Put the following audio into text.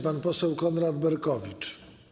Pan poseł Konrad Berkowicz.